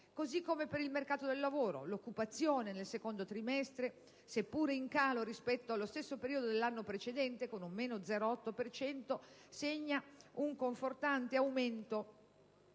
Così come per il mercato del lavoro, l'occupazione nel secondo trimestre, seppure in calo rispetto allo stesso periodo dell'anno precedente (con una diminuzione dello 0,8 per cento), segna un confortante aumento